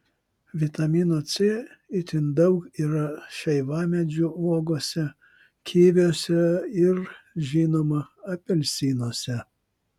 vitamino c itin daug yra šeivamedžių uogose kiviuose ir žinoma apelsinuose